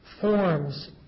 forms